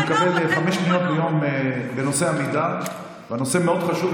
אני מקבל חמש פניות ביום בנושא עמידר והנושא מאוד חשוב,